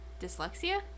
Dyslexia